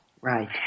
Right